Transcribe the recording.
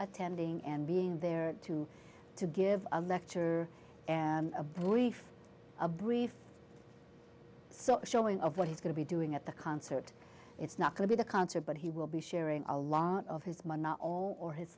attending and being there to to give a lecture and a brief a brief so showing of what he's going to be doing at the concert it's not going to be the concert but he will be sharing a lot of his